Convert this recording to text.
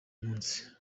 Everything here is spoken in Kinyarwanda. munsi